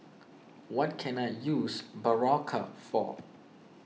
what can I use Berocca for